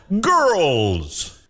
girls